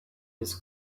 his